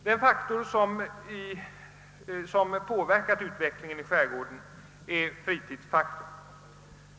Vad som påverkat utvecklingen i skärgården är fritidsfaktorn.